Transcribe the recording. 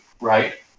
right